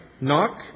Knock